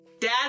dad